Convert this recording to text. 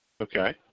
Okay